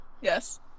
Yes